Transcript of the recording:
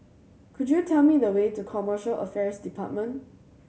could you tell me the way to Commercial Affairs Department